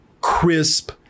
crisp